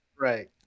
right